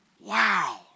Wow